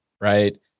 right